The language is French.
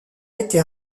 été